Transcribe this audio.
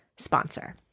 Sponsor